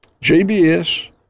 JBS